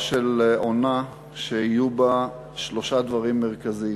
של עונה שיהיו בה שלושה דברים מרכזיים,